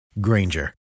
Granger